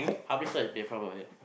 how many stops is Bayfront from here